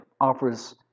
offers